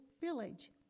village